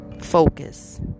focus